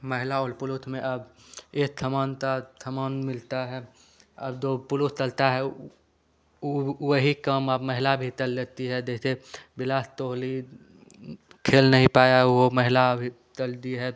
महिला औल पुलुथ में अब एथ थमान ता थमान मिलता है अब दो पुलुथ तलता है वही काम अब महिला भी तल लेती है जैसे बिलास तोहली खेल नहीं पाया वो महिला अभी तल दी है